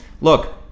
look